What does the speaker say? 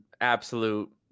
absolute